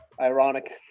ironic